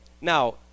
Now